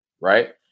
right